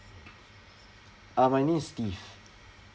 uh my name is steve